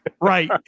Right